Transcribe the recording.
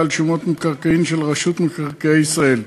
על שומות ממקרקעין של רשות מקרקעי ישראל.